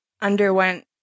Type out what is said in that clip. underwent